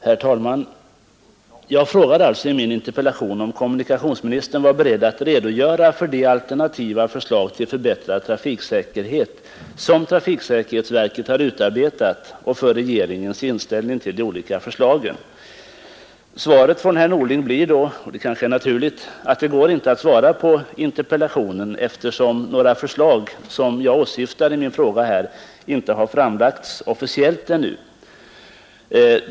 Herr talman! Jag frågade i min interpellation, om kommunikationsministern var beredd att redogöra för de alternativa förslag till förbättrad trafiksäkerhet som trafiksäkerhetsverket har utarbetat och för regering ens inställning till de olika förslagen. Svaret från herr Norling blir då — och det är kanske naturligt — att det inte går att svara på interpellationen, eftersom några sådana förslag som jag åsyftar ännu inte har framlagts officiellt.